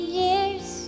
years